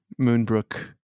Moonbrook